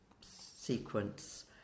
sequence